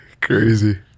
Crazy